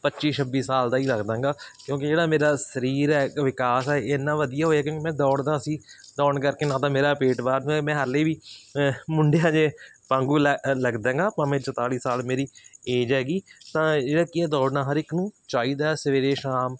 ਪੱਚੀ ਛੱਬੀ ਸਾਲ ਦਾ ਹੀ ਲੱਗਦਾ ਹੈਗਾ ਕਿਉਂਕਿ ਜਿਹੜਾ ਮੇਰਾ ਸਰੀਰ ਹੈ ਵਿਕਾਸ ਹੈ ਇੰਨਾ ਵਧੀਆ ਹੋਏ ਕਿਉਂਕਿ ਮੈਂ ਦੌੜਦਾ ਸੀ ਦੌੜਨ ਕਰਕੇ ਨਾ ਤਾਂ ਮੇਰਾ ਪੇਟ ਬਾਹਰ ਨੂੰ ਆਏ ਮੈਂ ਹਾਲੇ ਵੀ ਅ ਮੁੰਡਿਆਂ ਜਿਹੇ ਵਾਂਗੂੰ ਲੱ ਲੱਗਦਾ ਗਾ ਭਾਵੇਂ ਚੁਤਾਲੀ ਸਾਲ ਮੇਰੀ ਏਜ ਹੈਗੀ ਤਾਂ ਜਿਹੜਾ ਕਿ ਆ ਦੌੜਨਾ ਹਰ ਇੱਕ ਨੂੰ ਚਾਹੀਦਾ ਸਵੇਰੇ ਸ਼ਾਮ